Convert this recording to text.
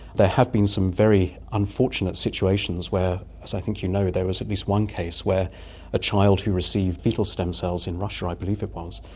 there have been some very unfortunate situations where, as i think you know, there was at least one case where a child who received foetal stem cells, in russia i believe it was,